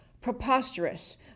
preposterous